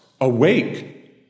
awake